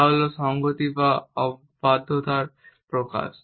তা হল সংহতি বা অবাধ্যতার প্রকাশ